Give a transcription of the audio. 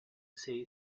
say